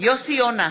יוסי יונה,